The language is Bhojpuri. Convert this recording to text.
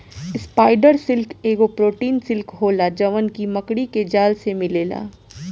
स्पाइडर सिल्क एगो प्रोटीन सिल्क होला जवन की मकड़ी के जाल से मिलेला